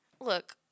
look